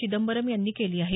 चिदंबरम यांनी केली आहे